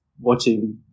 watching